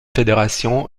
fédération